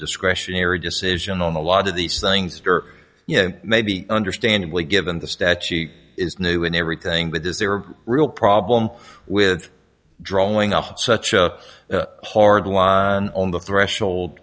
discretionary decision on a lot of these things that are you know maybe understandably given the statute is new and everything but is there a real problem with drawing up such a hard line on the threshold